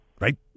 right